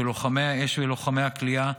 של לוחמי האש ולוחמי הכליאה,